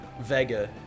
Vega